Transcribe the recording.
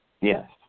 Yes